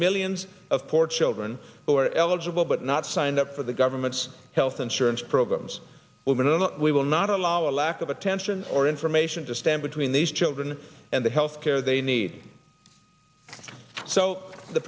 millions of poor children who are eligible but not signed up for the government's health insurance programs women and we will not allow a lack of attention or information to stand between these children and the health care they need so the